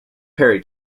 perry